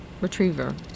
retriever